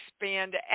expand